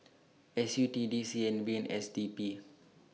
S U T D C N B and S D B